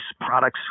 products